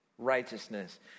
Righteousness